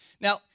Now